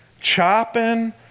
chopping